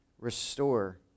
restore